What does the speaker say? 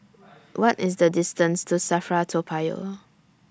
What IS The distance to SAFRA Toa Payoh